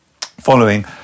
Following